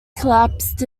collapsed